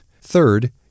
Third